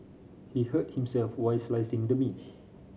he hurt himself while slicing the meat